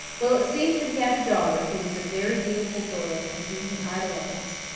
well, it seems that he had a daughter, who was a very beautiful girl, and whom he idolized.